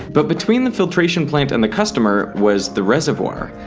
but between the filtration plant and the customer was the reservoir.